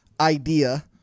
idea